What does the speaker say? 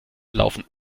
laufen